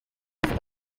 ist